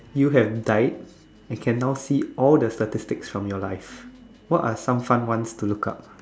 you have died and can now see all the statistics from your life what are some fun ones to look up